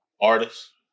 artist